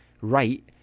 right